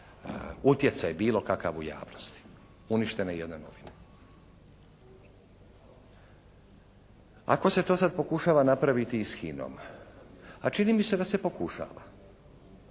utjecaj bilo kakav u javnosti. Uništene jedne novine. Ako se to sad pokušava napraviti i s HINA-om a čini mi se da se pokušava